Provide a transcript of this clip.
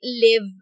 live